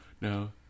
No